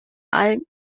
allen